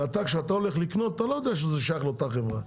ואתה כשאתה הולך לקנות אתה לא יודע שזה שייך לאותה חברה,